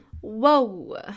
Whoa